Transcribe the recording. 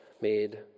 made